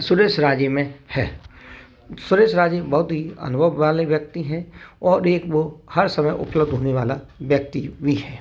सुरेश राजी में है सुरेश राजी बहुत ही अनुभव वाले व्यक्ति है और एक वो हर समय उपलब्ध होने वाला व्यक्ति भी है